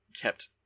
kept